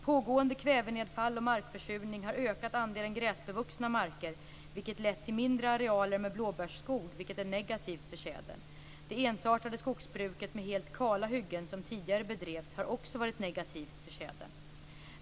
Pågående kvävenedfall och markförsurning har ökat andelen gräsbevuxna marker, vilket lett till mindre arealer med blåbärsskog, vilket är negativt för tjädern. Det ensartade skogsbruk med helt kala hyggen som tidigare bedrevs har också varit negativt för tjädern.